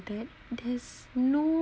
then there's no